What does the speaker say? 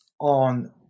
on